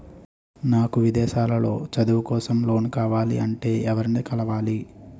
నాకు విదేశాలలో చదువు కోసం లోన్ కావాలంటే ఎవరిని కలవాలి?